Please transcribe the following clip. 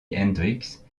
hendrix